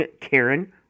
Karen